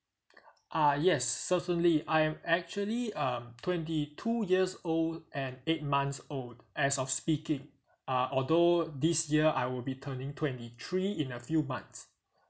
uh yes certainly I am actually um twenty two years old and eight months old as of speaking uh although this year I will be turning twenty three in a few months